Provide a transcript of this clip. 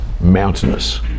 mountainous